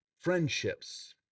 friendships